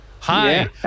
Hi